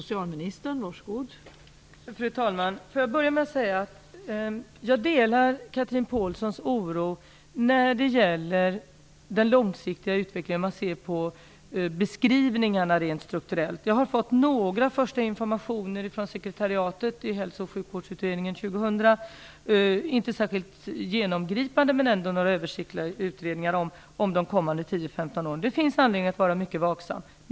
Fru talman! Får jag börja med att säga att jag delar Chatrine Pålssons oro när det gäller den långsiktiga utvecklingen. Man ser på beskrivningarna rent strukturellt. Jag har fått några första informationer från sekretariatet i Hälso och sjukvårdsutredningen 2 000, inte särskilt genomgripande, men litet översiktligt om de kommande tio femton åren. Det finns anledning att vara mycket vaksam.